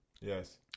Yes